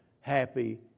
happy